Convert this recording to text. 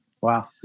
wow